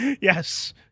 yes